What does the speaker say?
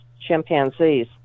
chimpanzees